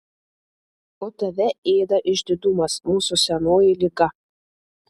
o tave ėda išdidumas mūsų senoji liga